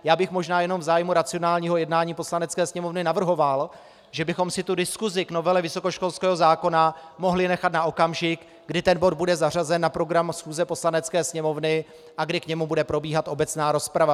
Já bych možná jenom v zájmu racionálního jednání Poslanecké sněmovny navrhoval, že bychom si diskusi k novele vysokoškolského zákona mohli nechat na okamžik, kdy ten bod bude zařazen na program schůze Poslanecké sněmovny a kdy k němu bude probíhat obecná rozprava.